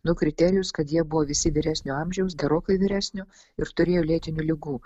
nu kriterijus kad jie buvo visi vyresnio amžiaus gerokai vyresnio ir turėjo lėtinių ligų